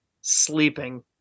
sleeping